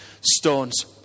stones